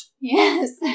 Yes